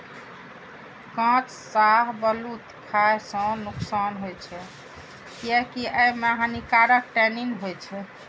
कांच शाहबलूत खाय सं नुकसान होइ छै, कियैकि अय मे हानिकारक टैनिन होइ छै